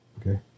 okay